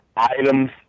items